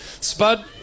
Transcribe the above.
Spud